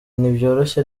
ntibyoroshye